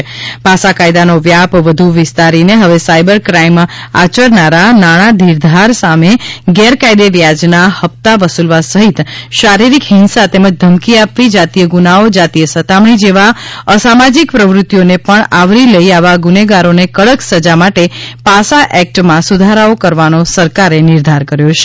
પાસા કાયદાનો વ્યાપ વધુ વિસ્તારીને હવે સાયબર કાઇમ આચરનારા નાણાં ધીરધાર સામે ગેરકાયદે વ્યાજના હપ્તા વસુલવા સહિત શારીરિક હિંસા તેમજ ધમકી આપવી જાતિય ગુનાઓ જાતિય સતામણી જેવી અસા માજીક પ્રવૃત્તિઓને પણ આવરી લઇ આવા ગૂનેગારોને કડક સજા માટે પાસા એકટમાં સુધારાઓ કરવાનો સરકારે નિર્ધાર કર્યો છે